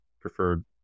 preferred